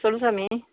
சொல் சாமி